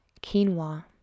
quinoa